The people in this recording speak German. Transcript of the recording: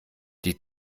die